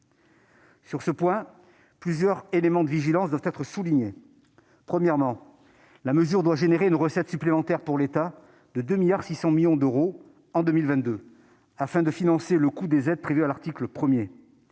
suppression. Plusieurs points de vigilance doivent être soulignés. Premièrement, la mesure susciterait une recette supplémentaire, pour l'État, de l'ordre de 2,6 milliards d'euros en 2022, afin de financer le coût des aides prévues à l'article 1.